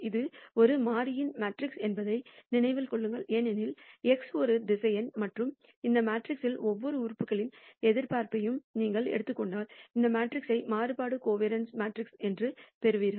இது ஒரு மாறியின் மேட்ரிக்ஸ் என்பதை நினைவில் கொள்ளுங்கள் ஏனெனில் x ஒரு திசையன் மற்றும் இந்த மேட்ரிக்ஸின் ஒவ்வொரு உறுப்புகளின் எதிர்பார்ப்பையும் நீங்கள் எடுத்துக் கொண்டால் இந்த மேட்ரிக்ஸை மாறுபாடு கோவாரன்ஸ் மேட்ரிக்ஸ் என்று பெறுவீர்கள்